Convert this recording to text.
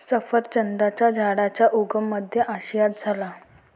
सफरचंदाच्या झाडाचा उगम मध्य आशियात झाला